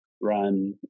run